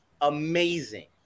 Amazing